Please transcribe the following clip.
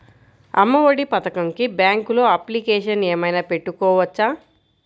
అమ్మ ఒడి పథకంకి బ్యాంకులో అప్లికేషన్ ఏమైనా పెట్టుకోవచ్చా?